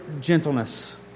gentleness